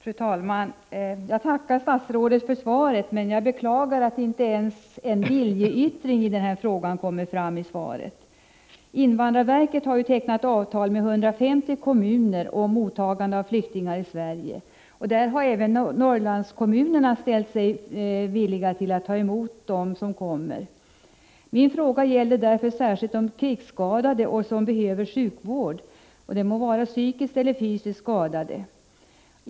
Fru talman! Jag tackar statsrådet för svaret. Jag beklagar dock att svaret inte ens innehåller en viljeyttring. Invandrarverket har tecknat avtal med 150 kommuner om mottagande av flyktingar i Sverige. Även i Norrlandskommunerna har man förklarat sig villig att ta emot flyktingar. Min fråga gäller särskilt de krigsskadade som behöver sjukvård, oavsett om det rör sig om psykiskt eller om fysiskt skadade.